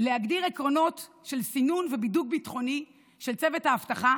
להגדיר עקרונות של סינון ובידוק ביטחוני של צוות האבטחה